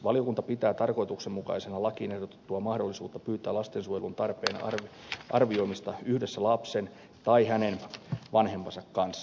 valiokunta pitää tarkoituksenmukaisena lakiin ehdotettua mahdollisuutta pyytää lastensuojelun tarpeen arvioimista yhdessä lapsen tai hänen vanhempansa kanssa